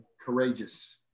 courageous